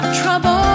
trouble